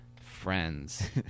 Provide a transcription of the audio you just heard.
friends